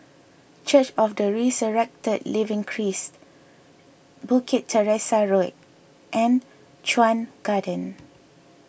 Church of the Resurrected Living Christ Bukit Teresa Road and Chuan Garden